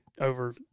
over